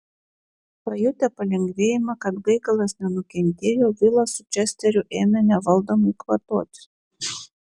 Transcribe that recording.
pajutę palengvėjimą kad gaigalas nenukentėjo vilas su česteriu ėmė nevaldomai kvatotis